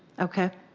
okay.